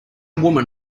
woman